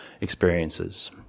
experiences